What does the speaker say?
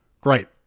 Great